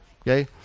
Okay